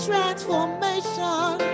Transformation